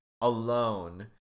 alone